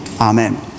Amen